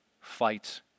fights